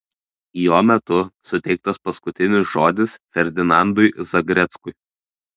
jo metu suteiktas paskutinis žodis ferdinandui zagreckui